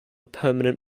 permanent